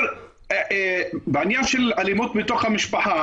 בעניין האלימות בתוך המשפחה.